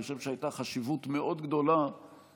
אני חושב שהייתה חשיבות מאוד גדולה דווקא